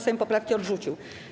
Sejm poprawki odrzucił.